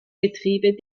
betriebe